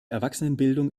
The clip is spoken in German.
erwachsenenbildung